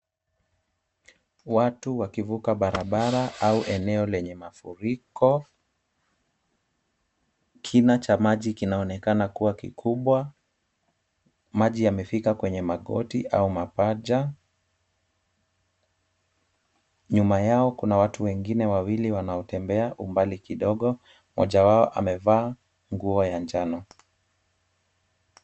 Watu wakivuka barabara au eneo lenye mafuriko, kina cha maji kinaonekana kuwa kikubwa, maji yamefika kwenye magoti au mapaja. Nyuma yao kuna watu wengine wawili wanaotembea umbali kidogo, mmoja wao amevaa nguo ya njano.